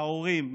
ההורים,